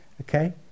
Okay